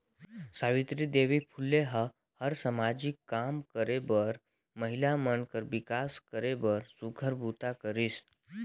सावित्री देवी फूले ह हर सामाजिक काम करे बरए महिला मन कर विकास करे बर सुग्घर बूता करिस